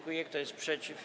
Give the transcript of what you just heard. Kto jest przeciw?